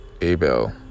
Abel